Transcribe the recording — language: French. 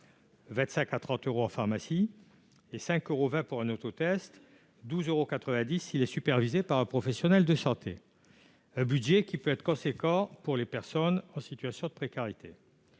25 à 30 euros en pharmacie, 5,20 euros pour un autotest et 12,90 euros s'il est supervisé par un professionnel de santé. Ce budget peut être important pour les personnes en situation de précarité.